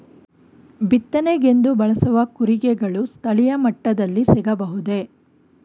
ಬಿತ್ತನೆಗೆಂದು ಬಳಸುವ ಕೂರಿಗೆಗಳು ಸ್ಥಳೀಯ ಮಟ್ಟದಲ್ಲಿ ಸಿಗಬಹುದೇ?